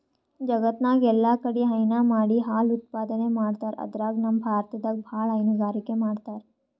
ಜಗತ್ತ್ನಾಗ್ ಎಲ್ಲಾಕಡಿ ಹೈನಾ ಮಾಡಿ ಹಾಲ್ ಉತ್ಪಾದನೆ ಮಾಡ್ತರ್ ಅದ್ರಾಗ್ ನಮ್ ಭಾರತದಾಗ್ ಭಾಳ್ ಹೈನುಗಾರಿಕೆ ಮಾಡ್ತರ್